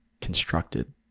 constructed